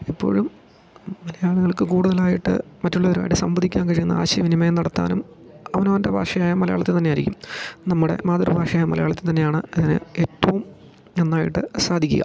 ഇപ്പോഴും മലയാളികൾക്ക് കൂട്തലായിട്ട് മറ്റുള്ളവരും ആയിട്ട് സംബാദിക്കാൻ കഴിയുന്ന ആശയവിനിമയം നടത്താനും അവനോൻ്റെ ഭാഷയായ മലയാളത്തിൽ തന്നെയായിരിക്കും നമ്മുടെ മാതൃഭാഷയായ മലയാളത്തിൽ തന്നെയാണ് അതിന് ഏറ്റവും നന്നായിട്ട് സാധിക്കുക